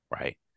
right